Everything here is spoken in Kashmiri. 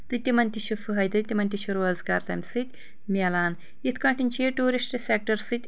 تہٕ تمن تہِ چھُ فٲیِدٕ تمن تہِ چھُ روزگار تمہِ سۭتۍ مِلان یتھ کٲٹھۍ چھِ یہِ ٹیورسٹ سیٚکٹر سۭتۍ